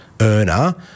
earner